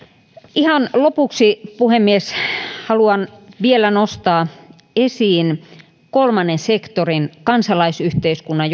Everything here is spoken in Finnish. ihan lopuksi puhemies haluan vielä nostaa esiin kolmannen sektorin kansalaisyhteiskunnan